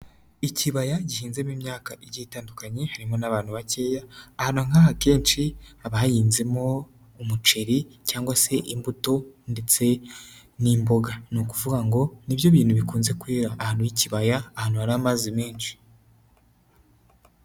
Ikibaya gihinzemo imyaka igiye itandukanye harimo n'abantu bakeya, ahantu nkaha akenshi haba hahinzemo umuceri cyangwa se imbuto ndetse n'imboga, ni ukuvuga ngo nibyo bintu bikunze kwera ahantu h'ikibaya ahantu hari amazi menshi.